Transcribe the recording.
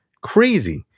crazy